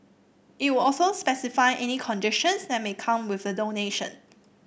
it would also specify any conditions that may come with the donation